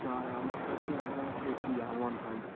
তাই আমার কাছে এখন আছে একটি আর ওয়ান ফাইভ